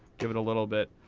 give it a little bit.